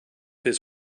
his